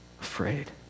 afraid